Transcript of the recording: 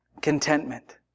Contentment